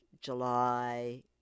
July